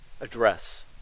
address